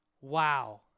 Wow